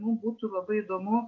mum būtų labai įdomu